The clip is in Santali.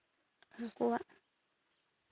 ᱩᱱᱠᱩᱣᱟᱜ